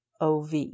OV